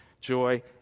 joy